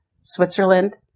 Switzerland